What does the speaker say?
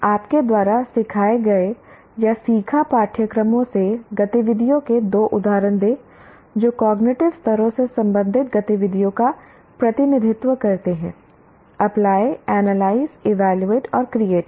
आपके द्वारा सिखाए गए या सीखा पाठ्यक्रमों से गतिविधियों के दो उदाहरण दें जो कॉग्निटिव स्तरों से संबंधित गतिविधियों का प्रतिनिधित्व करते हैं अप्लाई एनालाइज इवेल्युवेट और क्रिएट हैं